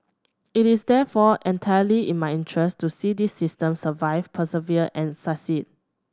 it is therefore entirely in my interest to see this system survive persevere and succeed